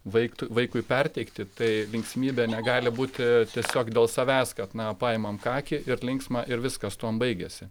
vaiktu vaikui perteikti tai linksmybė negali būti tiesiog dėl savęs kad na paimam kakį ir linksma ir viskas tuom baigiasi